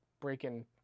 breaking